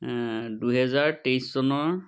দুহেজাৰ তেইছ চনৰ